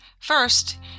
First